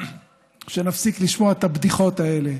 שנפסיק לשמוע את הבדיחות האלה,